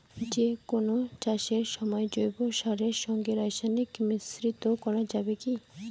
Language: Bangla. যে কোন চাষের সময় জৈব সারের সঙ্গে রাসায়নিক মিশ্রিত করা যাবে কি?